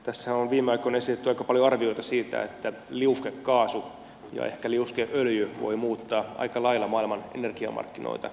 tässähän on viime aikoina esitetty aika paljon arvioita siitä että liuskekaasu ja ehkä liuskeöljy voivat muuttaa aika lailla maailman energiamarkkinoita lähitulevaisuudessa